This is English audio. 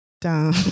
dumb